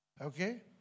Okay